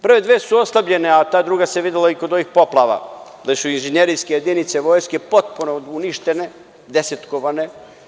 Prve dve su oslabljene, a ta druga se videla i kod ovih poplava, da su inžinjerske jedinice vojske potpuno uništene, desetkovane.